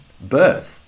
birth